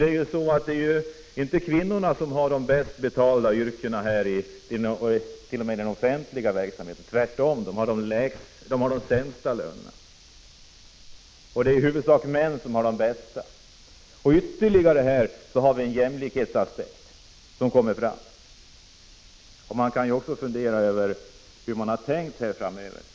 Det är inte kvinnorna som har de bäst betalda yrkena inom den offentliga verksamheten, tvärtom har de de sämsta lönerna. Det är i huvudsak män som har de bästa. Här kommer ytterligare en jämlikhetsaspekt fram. Man kan fundera över hur förslagsställarna har tänkt sig framtiden.